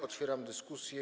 Otwieram dyskusję.